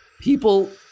People